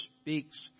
speaks